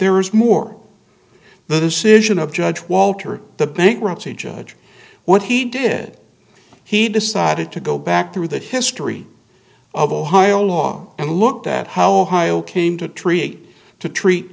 there is more to the decision of judge walter the bankruptcy judge what he did he decided to go back through the history of ohio law and looked at how ohio came to treat to treat